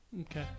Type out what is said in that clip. Okay